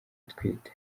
atwite